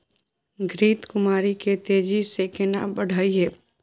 घृत कुमारी के तेजी से केना बढईये?